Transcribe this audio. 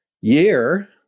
year